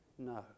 No